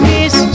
Miss